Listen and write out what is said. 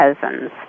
cousins